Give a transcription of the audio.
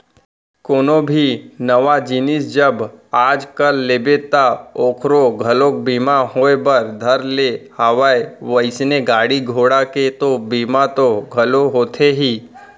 कोनो भी नवा जिनिस जब आज कल लेबे ता ओखरो घलोक बीमा होय बर धर ले हवय वइसने गाड़ी घोड़ा के तो बीमा तो घलौ होथे ही